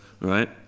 Right